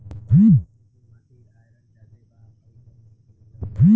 हमरा खेत के माटी मे आयरन जादे बा आउर कौन फसल उपजाऊ होइ?